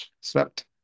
swept